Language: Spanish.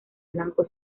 blanco